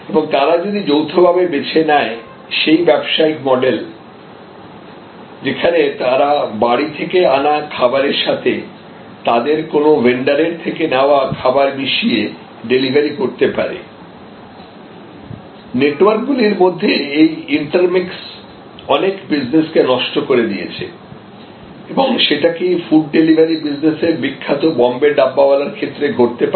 এবং তারা যদি যৌথভাবে বেছে নেয় সেই ব্যবসায়িক মডেল যেখানে তারা বাড়ি থেকে আনা খাবারের সাথে তাদের কোনো ভেন্ডারের থেকে নেওয়া খাবার মিশিয়ে ডেলিভারি করতে পারে নেটওয়ার্কগুলির মধ্যে এই ইন্টার্মিক্স অনেক বিজনেস কে নষ্ট করে দিয়েছে এবং সেটা কি ফুড ডেলিভারি বিজনেস এর বিখ্যাত বোম্বে ডাব্বাওয়ালার ক্ষেত্রে ঘটতে পারে